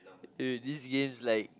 eh this game's like